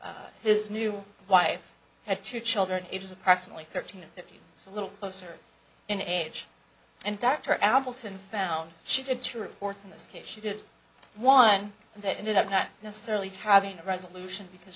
his new wife had two children ages approximately thirteen and fifteen so a little closer in age and dr appleton found she did two reports in this case she did one that ended up not necessarily having a resolution because